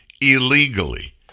illegally